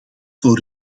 voor